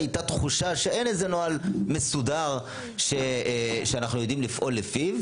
הייתה תחושה שאין איזה נוהל מסודר שאנחנו יודעים לפעול לפיו,